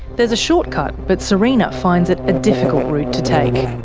there's a shortcut, but sarina finds it a difficult route to take.